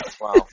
Wow